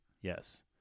Yes